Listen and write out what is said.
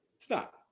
Stop